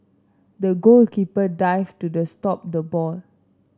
the goalkeeper dived to the stop the ball